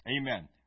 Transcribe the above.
Amen